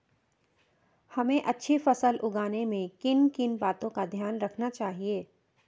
हमें अच्छी फसल उगाने में किन किन बातों का ध्यान रखना चाहिए?